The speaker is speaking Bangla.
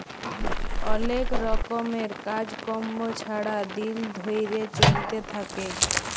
অলেক রকমের কাজ কম্ম ছারা দিল ধ্যইরে চইলতে থ্যাকে